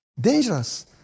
dangerous